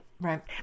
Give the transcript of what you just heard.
Right